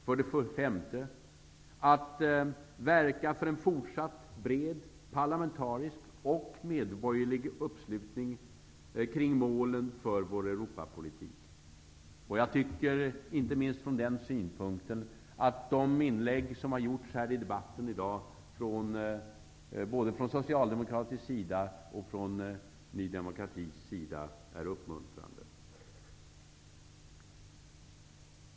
För det femte skall vi verka för en fortsatt bred parlamentarisk och medborgerlig uppslutning kring målen för vår Europapolitik. Jag tycker, inte minst från den synpunkten sett, att de inlägg som gjorts här i debatten i dag både från Socialdemokraterna och från Ny demokrati är uppmuntrande.